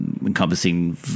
encompassing